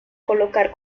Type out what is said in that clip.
colocar